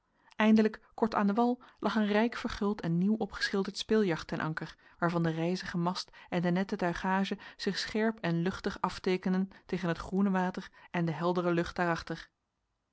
eindelijk kort aan den wal lag een rijk verguld en nieuw opgeschilderd speeljacht ten anker waarvan de rijzige mast en de nette tuigage zich scherp en luchtig afteekenden tegen het groene water en de heldere lucht daarachter